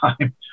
time